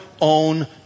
own